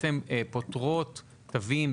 פוטרות תווים,